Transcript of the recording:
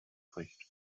spricht